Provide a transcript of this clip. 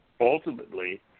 ultimately